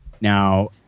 Now